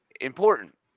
important